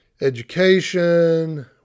education